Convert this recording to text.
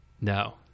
No